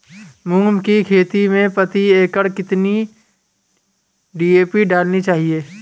मूंग की खेती में प्रति एकड़ कितनी डी.ए.पी डालनी चाहिए?